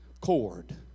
cord